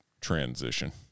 transition